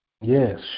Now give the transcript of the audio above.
Yes